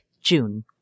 June